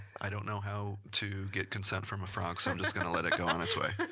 i don't know how to get consent from a frog so i'm just going to let it go on its way.